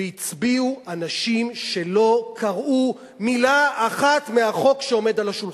והצביעו אנשים שלא קראו מלה אחת מהחוק שעומד על השולחן.